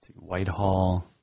Whitehall